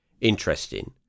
interesting